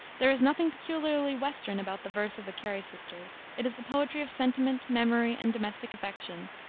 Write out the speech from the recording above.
there is nothing peculiarly western about the verse of the cary sisters. it is the poetry of sentiment, memory, and domestic affection,